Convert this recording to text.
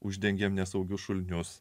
uždengėme nesaugiu šulinius